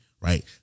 Right